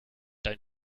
dein